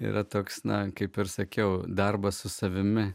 yra toks na kaip ir sakiau darbas su savimi